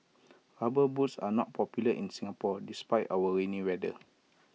rubber boots are not popular in Singapore despite our rainy weather